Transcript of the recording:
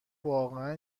واقعا